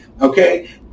okay